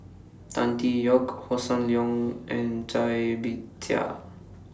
Tan Tee Yoke Hossan Leong and Cai Bixia